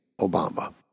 Obama